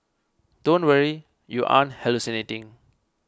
don't worry you aren't hallucinating